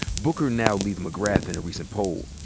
booker now leads mcgrath in a recent poll,